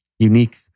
unique